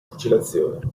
fucilazione